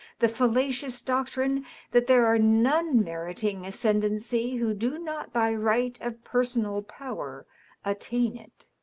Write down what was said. the fallacious doctrine that there are none meriting ascendency who do not by right of personal power attain it.